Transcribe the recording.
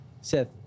Seth